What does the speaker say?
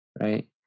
right